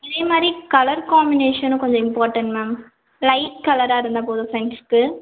அதேமாதிரி கலர் காமினேஷனும் கொஞ்சம் இம்பார்டன்ட் மேம் லைட் கலராக இருந்தால் போதும் ஃப்ரெண்ட்ஸ்க்கு